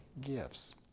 gifts